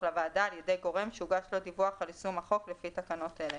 לוועדה על ידי גורם שהוגש לו דיווח על יישום החוק לפי תקנות אלה.